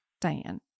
Diane